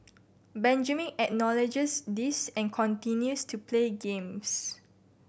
benjamin acknowledges this and continues to play games